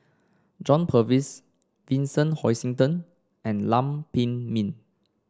John Purvis Vincent Hoisington and Lam Pin Min